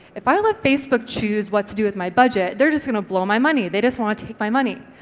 if i let facebook choose what to do with my budget, they're just gonna blow my money, they just want to take my money.